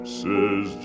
says